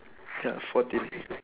ya fourteen